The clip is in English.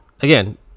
again